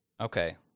Okay